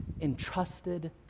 entrusted